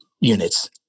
units